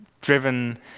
driven